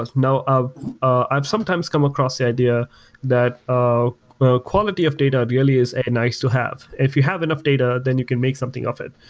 ah you know i've sometimes come across the idea that ah quality of data really is nice to have. if you have enough data, then you can make something of it.